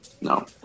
no